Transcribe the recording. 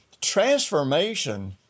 transformation